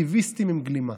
אקטיביסטים עם גלימה.